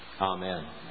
Amen